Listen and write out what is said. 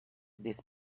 this